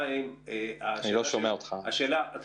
השאלה השל